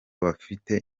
bafite